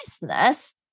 Business